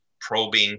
probing